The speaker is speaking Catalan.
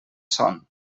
son